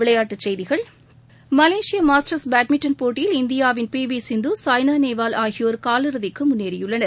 விளையாட்டுச் செய்திகள் Malaysia Masters badminton போட்டியில் இந்தியாவின் பி வி சிந்து சாய்னா நேவால் ஆகியோர் காலிறுதிக்கு முன்னேறியுள்ளனர்